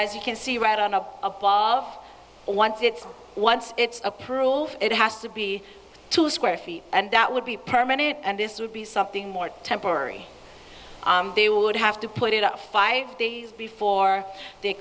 as you can see right on a wall of once it's once it's approved it has to be two square feet and that would be permanent and this would be something more temporary they would have to put it up five days before they